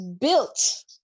built